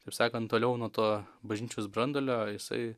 taip sakant toliau nuo to bažnyčios branduolio jisai